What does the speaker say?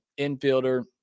infielder